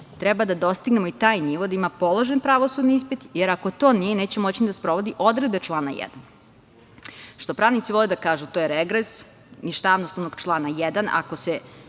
treba da dostignemo i taj nivo da ima položen pravosudni ispit, jer ako to nije, neće moći da sprovodi odredbe člana 1. Što pravnici vole da kažu, to je regres, ništavnost onog člana 1, ako se